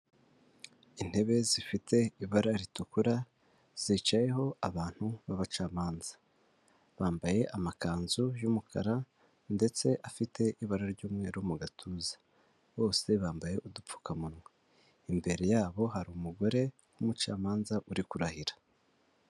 Intebe zifite ibara ritukura zicayeho abantu b'abacamanza, bambaye amakanzu y'umukara ndetse afite ibara ry'umweru mu gatuza, bose bambaye udupfukamunwa, imbere yabo hari umugore w'umucamanza uri kurahira,